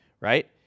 right